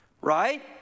Right